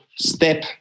step